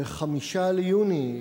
ב-5 ביוני,